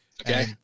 Okay